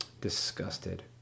disgusted